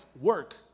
Work